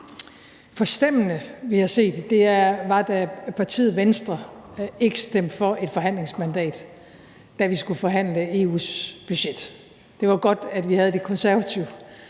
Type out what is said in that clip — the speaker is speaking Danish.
forstemmende, vi har set, var, da partiet Venstre ikke stemte for et forhandlingsmandat, da vi skulle forhandle EU's budget. Det var godt, at vi havde De Konservative